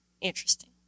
interesting